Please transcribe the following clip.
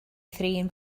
thrin